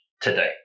today